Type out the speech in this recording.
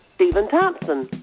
stephen thompson.